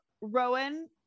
Rowan